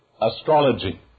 astrology